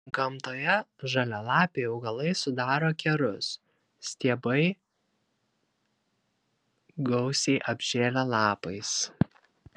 gamtoje žalialapiai augalai sudaro kerus stiebai gausiai apžėlę lapais